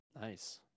Nice